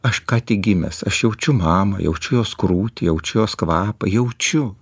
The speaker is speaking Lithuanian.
aš ką tik gimęs aš jaučiu mamą jaučiu jos krūtį jaučiu jos kvapą jaučiu